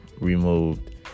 removed